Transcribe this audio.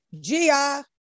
Gia